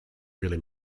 really